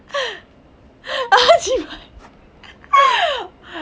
ah cheebye